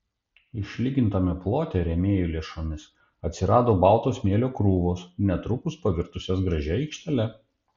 išlygintame plote rėmėjų lėšomis atsirado balto smėlio krūvos netrukus pavirtusios gražia aikštele